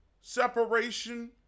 separation